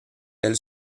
elle